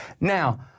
Now